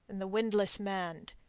and the windlass manned.